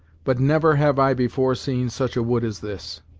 but never have i before seen such a wood as this!